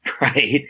right